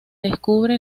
descubre